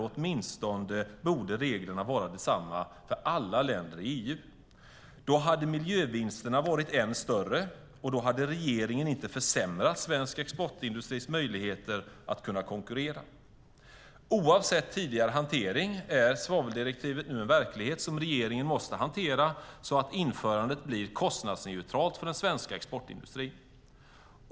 Åtminstone borde reglerna vara desamma för alla länder i EU. Då hade miljövinsterna varit än större, och då hade regeringen inte försämrat svensk exportindustris möjligheter att konkurrera. Oavsett tidigare hantering är svaveldirektivet nu en verklighet som regeringen måste hantera så att införandet blir kostnadsneutralt för den svenska exportindustrin.